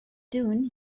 doon